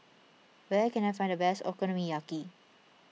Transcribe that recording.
where can I find the best Okonomiyaki